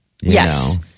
Yes